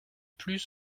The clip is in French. plus